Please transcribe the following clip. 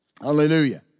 Hallelujah